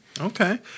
Okay